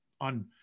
on